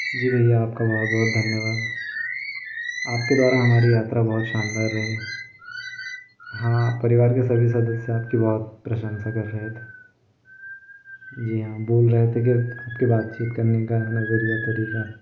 जी भैया आपका बहुत बहुत धन्यवाद आपके द्वारा हमारी यात्रा बहुत शानदार रही हाँ परिवार के सभी सदस्य आपकी बहुत प्रशंसा कर रहे थे जी हाँ बोल रहे थे कि आपके बातचीत करने का नज़रिया तरीका